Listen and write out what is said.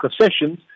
concessions